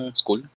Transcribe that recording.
school